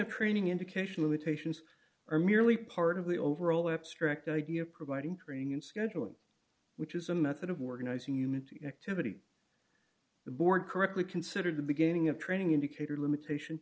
of training indication limitations are merely part of the overall abstract idea of providing training in scheduling which is a method of working in human activity the board correctly considered the beginning of training indicator limitation